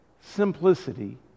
simplicity